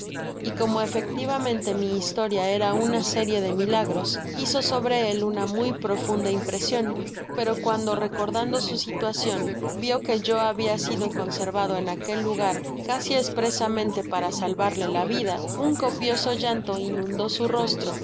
y como efectivamente mi historia era una série de milagros hizo sobre él una muy profunda impresion pero cuando recordando su situacion vio que yo habia sido conservado en aquel lugar casi espresamente para salvarle la vida un copioso llanto inundó su rostro